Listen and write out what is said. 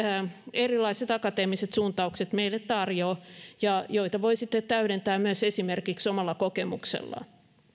erilaiset akateemiset suuntaukset meille tarjoavat ja joita voi sitten täydentää myös esimerkiksi omalla kokemuksellaan